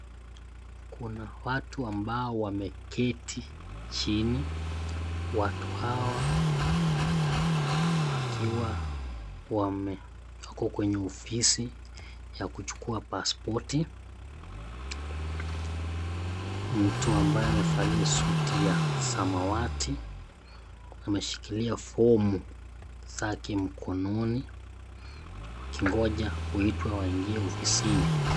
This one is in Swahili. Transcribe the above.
Kuna watu ambao wameketi chini watu hawa wakiwa wako kwenye ofisi ya kuchukua pasipoti. Mtu ambaye amevalia suti ya samawati ameshikilia fomu zake mkononi wakingoja kuitwa waingie ofisini.